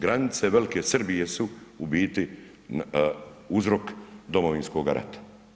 Granice Velike Srbije su u biti uzrok Domovinskoga rata.